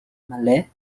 malais